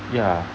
ya